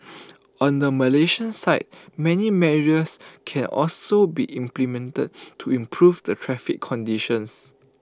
on the Malaysian side many measures can also be implemented to improve the traffic conditions